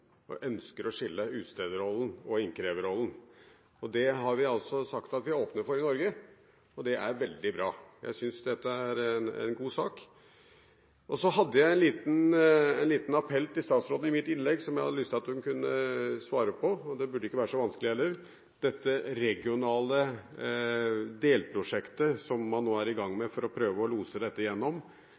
ønsker – å skille utstederrollen og innkreverrollen. Det har vi sagt at vi åpner for i Norge, og det er veldig bra. Jeg syns dette er en god sak. Så hadde jeg en liten appell til statsråden i mitt innlegg, som jeg hadde lyst til at hun svarte på – det burde ikke være så vanskelig heller: I det regionale delprosjektet som man nå er i gang med for å prøve å lose dette